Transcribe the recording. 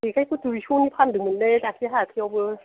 जेखाइखौ दुइस'नि फानदोंमोनलै दाख्लै हाथाइआवबो